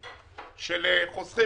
האוצר.